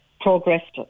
progressed